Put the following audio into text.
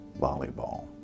volleyball